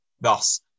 Thus